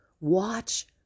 watch